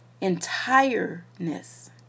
entireness